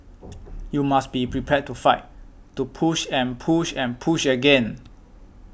you must be prepared to fight to push and push and push again